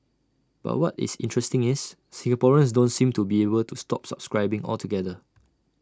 but what is interesting is Singaporeans don't seem to be able to stop subscribing altogether